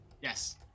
Yes